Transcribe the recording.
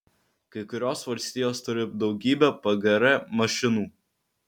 kai kurios valstijos turi daugybę pgr mašinų